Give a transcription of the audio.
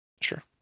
Sure